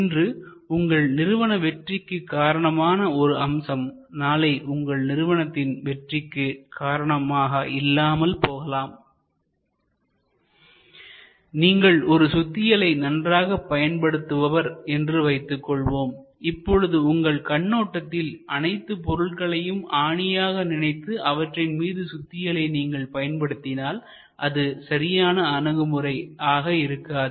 இன்று உங்கள் நிறுவன வெற்றிக்கு காரணமான ஒரு அம்சம் நாளை உங்கள் நிறுவனத்தின் வெற்றிக்கு காரணமாக இருக்காமல் போகலாம் நீங்கள் ஒரு சுத்தியலை நன்றாக பயன்படுத்துபவர் என்று வைத்துக் கொள்வோம் இப்பொழுது உங்கள் கண்ணோட்டத்தில் அனைத்துப் பொருட்களையும் ஆணியாக நினைத்து அவற்றின்மீது சுத்தியலை நீங்கள் பயன்படுத்தினால் அது சரியான அணுகுமுறையாக இருக்காது